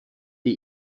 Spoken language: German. die